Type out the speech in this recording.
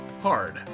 hard